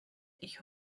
ich